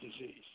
disease